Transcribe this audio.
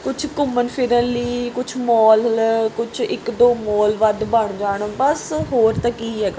ਕੁਛ ਘੁੰਮਣ ਫਿਰਨ ਲਈ ਕੁਛ ਮੋਲ ਕੁਛ ਇੱਕ ਦੋ ਮੋਲ ਵੱਧ ਬਣ ਜਾਣ ਬਸ ਹੋਰ ਤਾਂ ਕੀ ਹੈਗਾ